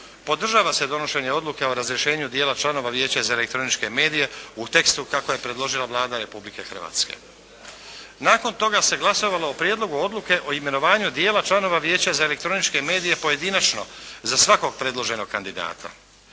Podržava se donošenje Odluke o razrješenju dijela članova Vijeća za elektroničke medije u tekstu kako je predložila Vlada Republike Hrvatske. Nakon toga se glasovalo o Prijedlogu odluke o imenovanju dijela članova Vijeća za elektroničke medije pojedinačno za svakog predloženog kandidata.